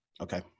Okay